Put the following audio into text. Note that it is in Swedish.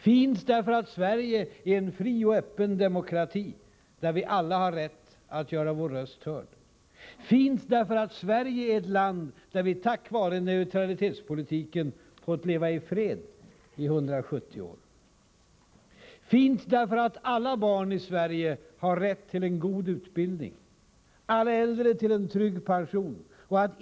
Fint, därför att Sverige är en fri och öppen demokrati, där vi alla har rätt att göra vår röst hörd. Fint, därför att Sverige är ett land, där vi tack vare neutralitetspolitiken fått leva i fred i 170 år. Fint, därför att alla barn i Sverige har rätt till en god utbildning och alla äldre till en trygg pension.